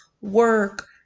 work